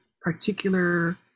particular